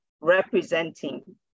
representing